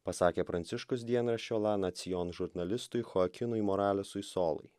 pasakė pranciškus dienraščio lana acijon žurnalistui choakinui moralesui solai